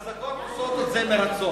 החזקות עושות את זה מרצון.